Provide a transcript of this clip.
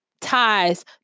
ties